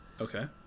Okay